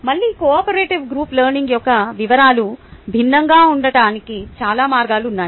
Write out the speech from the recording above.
మళ్ళీ cooperative group learning యొక్క వివరాలు భిన్నంగా ఉండటానికి చాలా మార్గాలు ఉన్నాయి